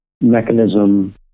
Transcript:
mechanism